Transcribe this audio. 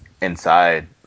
inside